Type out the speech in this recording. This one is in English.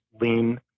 lean